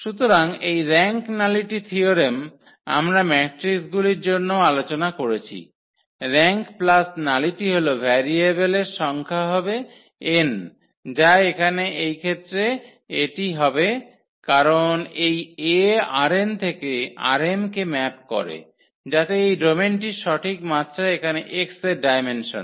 সুতরাং এই rank nullity theorem আমরা ম্যাট্রিকগুলির জন্যও আলোচনা করেছি র্যাঙ্ক প্লাস নালিটি হল ভেরিয়েবলের সংখ্যা হবে n যা এখানে এই ক্ষেত্রে এটি হবে কারণ এই 𝐴 ℝn থেকে ℝm কে ম্যাপ করে যাতে এই ডোমেনটির সঠিক মাত্রা এখানে X এর ডায়মেনসন